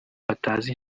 batazi